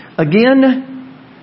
Again